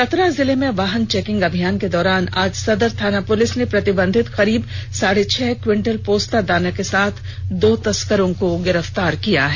चतरा जिले में वाहन चेकिंग अभियान के दौरान आज सदर थाना पुलिस ने प्रतिबंधित करीब साढ़े छह क्विंटल पोस्ता दाना के साथ दो तस्करों को भी गिरफ्तार किया है